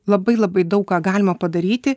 labai labai daug ką galima padaryti